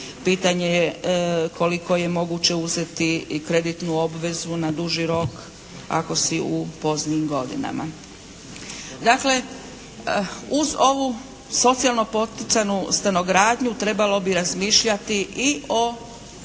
Pitanje je koliko je moguće uzeti i kreditnu obvezu na duži rok ako si u poznim godinama. Dakle uz ovu socijalno poticajnu stanogradnju trebalo bi razmišljati i o